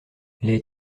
les